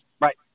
Right